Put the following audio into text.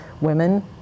women